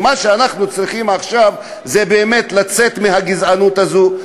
שמה שאנחנו צריכים עכשיו זה באמת לצאת מהגזענות הזאת,